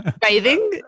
Bathing